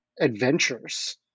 adventures